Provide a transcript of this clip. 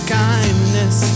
kindness